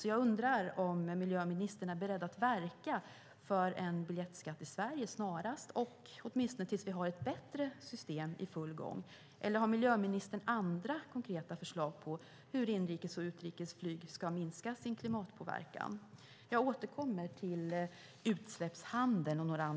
Jag undrar därför om miljöministern är beredd att verka för att vi får en biljettskatt i Sverige snarast, åtminstone tills vi har ett bättre system i full gång. Eller har miljöministern andra konkreta förslag på hur inrikes och utrikesflyg ska minska sin klimatpåverkan?